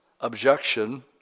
objection